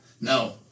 No